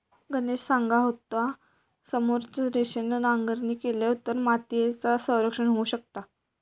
गणेश सांगा होतो, समोच्च रेषेन नांगरणी केलव तर मातीयेचा संरक्षण होऊ शकता